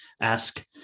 Ask